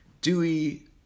Dewey